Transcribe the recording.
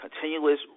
continuous